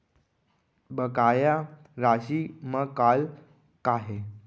बकाया राशि मा कॉल का हे?